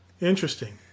Interesting